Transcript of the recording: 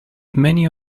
many